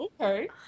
okay